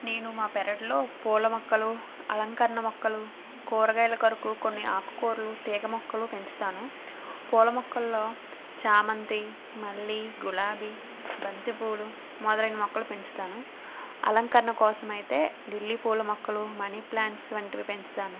నేను మా పెరట్లో పూల మొక్కలు అలంకరణ మొక్కలు కూరగాయల కొరకు కొన్ని ఆకుకూరలు తీగ మొక్కలు పెంచుతాను పూల మొక్కల్లో ఛామంతి మల్లి గులాబీ బంతి పూలు మొదలైన మొక్కలు పెంచుతాను అలంకరణ కోసం అయితే ఢిల్లీ పూల మొక్కలు మనీ ప్లాంట్స్ వంటివి పెంచుతాను